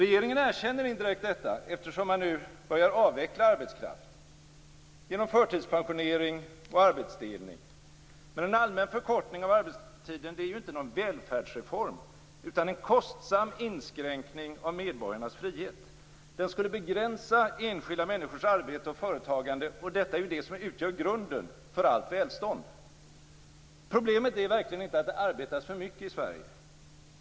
Regeringen erkänner indirekt detta, eftersom man nu börjar avveckla arbetskraft genom förtidspensionering och arbetsdelning. Men en allmän förkortning av arbetstiden är ju inte någon välfärdsreform utan en kostsam inskränkning av medborgarnas frihet. Den skulle begränsa enskilda människors arbete och företagande, och detta är ju det som utgör grunden för allt välstånd. Problemet är verkligen inte att det arbetas för mycket i Sverige.